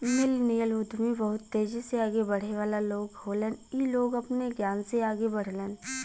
millennial उद्यमी बहुत तेजी से आगे बढ़े वाला लोग होलन इ लोग अपने ज्ञान से आगे बढ़लन